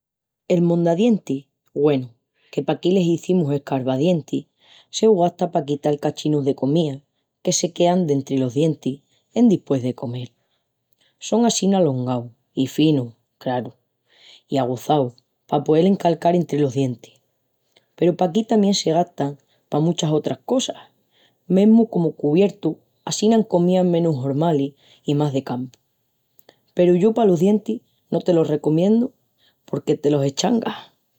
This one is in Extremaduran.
El mondadientis, güenu, que paquí l'izimus escarvadientis se ugasta pa quital cachinus de comía que se quean dentri los dientes endispués de comel. Son assina alongaus i finus, craru, i aguzaus, pa poel ancançal entri los dientis. Peru paquí tamién se gastan pa muchas otras cosas, mesmu comu cubiertu assina en comías menos hormalis i más de campu. Peru yo palos dientis no te los recomiendu porque te los eschangan.